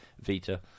vita